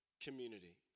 community